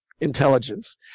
intelligence